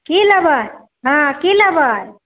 की लेबै हँ की लेबै